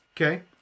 Okay